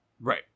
Right